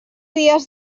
dies